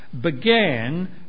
began